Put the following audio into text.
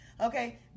Okay